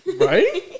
right